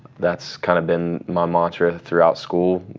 that's kind of been my mantra throughout school.